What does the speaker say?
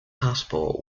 passport